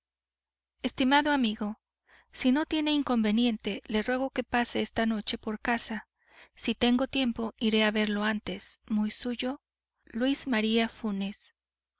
estimado amigo si no tiene inconveniente le ruego que pase esta noche por casa si tengo tiempo iré a verlo antes muy suyo luis maría funes